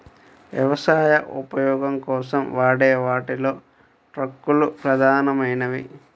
వ్యవసాయ ఉపయోగం కోసం వాడే వాటిలో ట్రక్కులు ప్రధానమైనవి